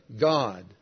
God